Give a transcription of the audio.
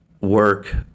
work